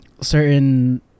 certain